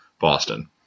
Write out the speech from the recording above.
Boston